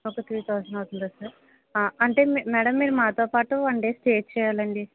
ఒక three thousand అవుతుందా sir అంటే మేడం మీరు మాతో పాటు వన్ డే స్టే చేయాలండి